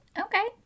Okay